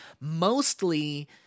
mostly